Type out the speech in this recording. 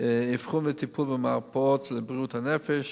אבחון וטיפול במרפאות לבריאות הנפש,